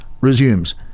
resumes